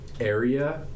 area